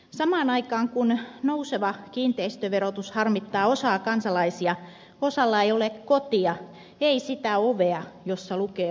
samaan aikaan kun nouseva kiinteistöverotus harmittaa osaa kansalaisia osalla ei ole kotia ei sitä ovea jossa lukee oma nimi